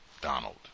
Donald